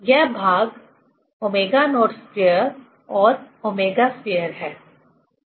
यह भाग ω02 or ω2 है